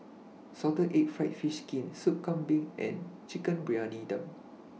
Salted Egg Fried Fish Skin Sup Kambing and Chicken Briyani Dum